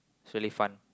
it's really fun